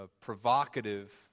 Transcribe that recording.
provocative